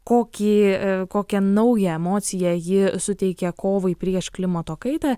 kokį kokią naują emociją ji suteikia kovai prieš klimato kaitą